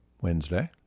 Wednesday